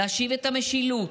להשיב את המשילות,